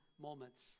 moments